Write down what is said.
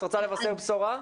את רוצה לבשר בשורה?